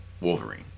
Wolverine